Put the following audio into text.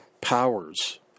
powers